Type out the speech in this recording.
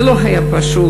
זה לא היה פשוט.